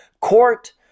court